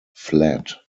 flat